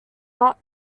not